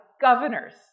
governors